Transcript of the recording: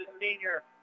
senior